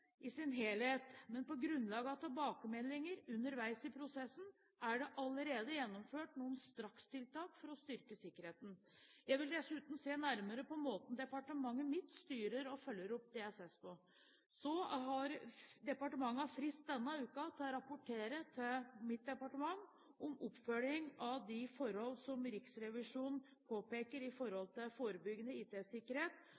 i sin helhet, men på grunnlag av tilbakemeldinger underveis i prosessen er det allerede gjennomført noen strakstiltak for å styrke sikkerheten. Jeg vil dessuten se nærmere på måten departementet mitt styrer og følger opp DSS på. Departementet har frist denne uken til å rapportere til mitt departement om oppfølging av de forhold som Riksrevisjonen påpeker når det gjelder forebyggende IT-sikkerhet, og vi setter i